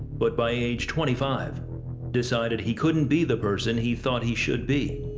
but by age twenty five decided he couldn't be the person he thought he should be.